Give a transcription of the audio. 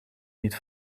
niet